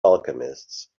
alchemists